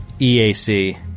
EAC